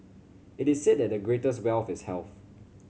it is said that the greatest wealth is health